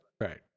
Right